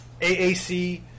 AAC